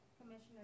Commissioner